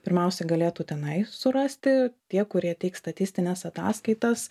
pirmiausia galėtų tenai surasti tie kurie teiks statistines ataskaitas